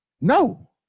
no